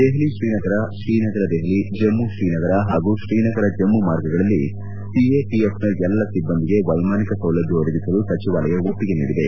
ದೆಹಲಿ ಶ್ರೀನಗರ ಶ್ರೀನಗರ ದೆಹಲಿ ಜಮ್ಮ ಶ್ರೀನಗರ ಹಾಗೂ ಶ್ರೀನಗರ ಜಮ್ಮ ಮಾರ್ಗಗಳಲ್ಲಿ ಸಿಎಪಿಎಫ್ನ ಎಲ್ಲ ಸಿಬ್ಬಂದಿಗೆ ವೈಮಾನಿಕ ಸೌಲಭ್ಞ ಒದಗಿಸಲು ಸಚಿವಾಲಯ ಒಪ್ಪಿಗೆ ನೀಡಿದೆ